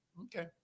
okay